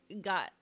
got